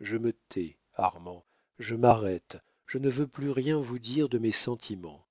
je me tais armand je m'arrête je ne veux plus rien vous dire de mes sentiments